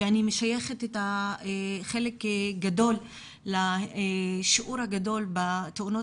ואני משייכת חלק גדול לשיעור הגדול בתאונות